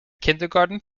kindergarten